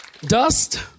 Dust